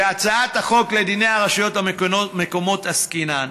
בהצעת החוק על דיני הרשויות המקומיות עסקינן,